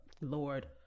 Lord